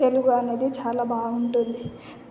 తెలుగు అనేది చాలా బావుంటుంది